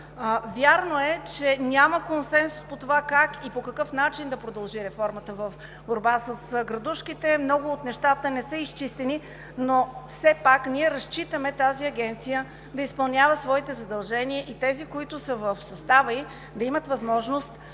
Вярно е, че няма консенсус по това как и по какъв начин да продължи реформата в Агенция „Борба с градушките“ – много от нещата не са изчистени. Но все пак ние разчитаме Агенцията да изпълнява своите задължения и онези, които са в състава ѝ, да имат възможност